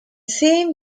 same